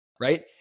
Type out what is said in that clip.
right